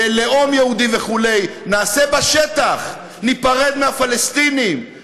לאום יהודי וכו' נעשה בשטח: ניפרד מהפלסטינים,